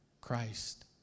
Christ